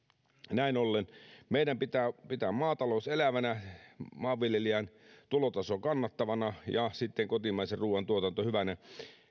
näin ollen meidän pitää pitää maatalous elävänä maanviljelijän tulotaso kannattavana ja sitten kotimaisen ruuan tuotanto hyvänä